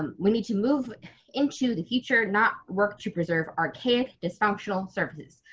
um we need to move into the future, not work to preserve archaic dysfunctional services.